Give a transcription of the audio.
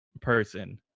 person